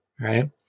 Right